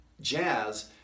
Jazz